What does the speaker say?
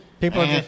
People